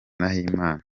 nahimana